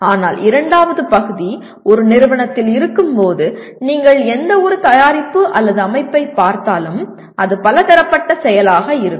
ஆனால் இரண்டாவது பகுதி ஒரு நிறுவனத்தில் இருக்கும்போது நீங்கள் எந்தவொரு தயாரிப்பு அல்லது அமைப்பை பார்த்தாலும் அது பலதரப்பட்ட செயலாக இருக்கும்